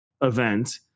event